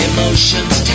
Emotions